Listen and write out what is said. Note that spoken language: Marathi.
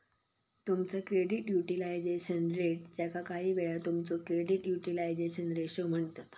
तुमचा क्रेडिट युटिलायझेशन रेट, ज्याका काहीवेळा तुमचो क्रेडिट युटिलायझेशन रेशो म्हणतत